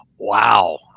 Wow